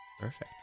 Perfect